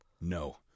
No